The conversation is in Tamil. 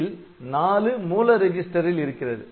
இதில் 4 மூல ரிஜிஸ்டரில் இருக்கிறது